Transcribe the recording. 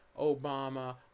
Obama